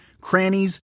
crannies